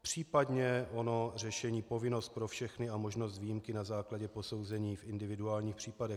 Případně ono řešení povinnost pro všechny a možnost výjimky na základě posouzení v individuálních případech.